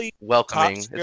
welcoming